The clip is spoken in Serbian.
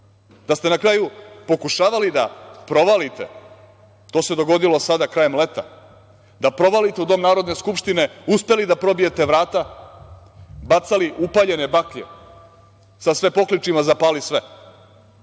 da ste na kraju pokušavali da provalite, to se dogodilo sada krajem leta, da provalite u dom Narodne skupštine, uspeli da probijete vrata, bacali upaljene baklje sa sve pokličima - zapali sve.